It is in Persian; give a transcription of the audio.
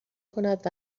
کند